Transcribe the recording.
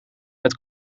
met